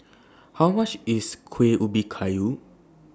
How much IS Kuih Ubi Kayu